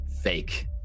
fake